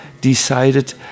decided